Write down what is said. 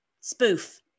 spoof